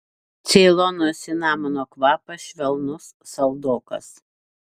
ceilono cinamono kvapas švelnus saldokas